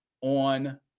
on